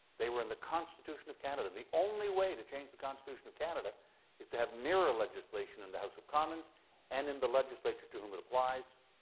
they were in the constitution of canada. and the only way to change the constitution of canada is have mirror legislation in the house of commons and in the legislature to whom it applies.